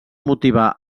motivar